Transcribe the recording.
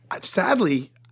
Sadly